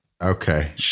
Okay